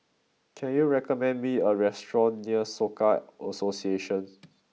can you recommend me a restaurant near Soka Association